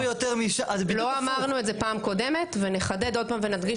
לא אמרנו את זה פעם קודמת ונחדד עוד פעם ונדגיש